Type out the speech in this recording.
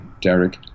Derek